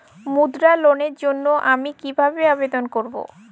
মুদ্রা লোনের জন্য আমি কিভাবে আবেদন করবো?